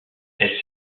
elle